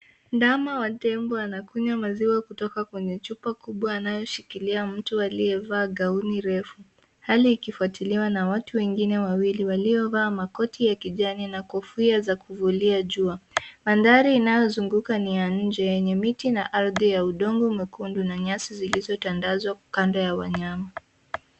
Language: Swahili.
Ndama wa tembo anakunywa maziwa kutoka kwenye chupa kubwa anayoshikilia na mtu aliyevaa gauni refu, hali ikifuatiliwa na watu wengine wawili waliovaa makoti ya kijani na kofia za kuvulia jua. Mandhari inayozunguka ni ya nje yenye miti na ardhi ya udongo mwekundu na nyasi zilizotandazwa kando ya wanyama.